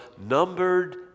numbered